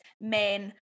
Men